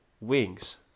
wings